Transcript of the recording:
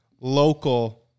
local